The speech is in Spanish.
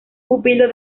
pupilo